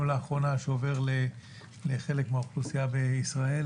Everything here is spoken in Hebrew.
לאחרונה שעובר לחלק מהאוכלוסייה בישראל,